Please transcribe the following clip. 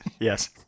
Yes